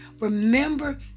Remember